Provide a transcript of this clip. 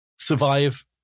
survive